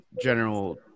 general